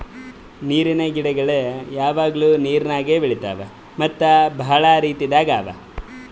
ನೀರಿನ್ ಗಿಡಗೊಳ್ ಯಾವಾಗ್ಲೂ ನೀರಾಗೆ ಬೆಳಿತಾವ್ ಮತ್ತ್ ಭಾಳ ರೀತಿದಾಗ್ ಅವಾ